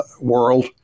world